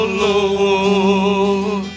lord